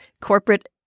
corporate